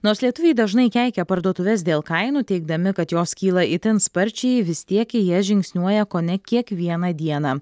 nors lietuviai dažnai keikia parduotuves dėl kainų teigdami kad jos kyla itin sparčiai vis tiek į jas žingsniuoja kone kiekvieną dieną